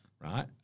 right